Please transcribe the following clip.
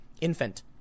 Infant